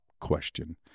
question